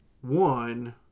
one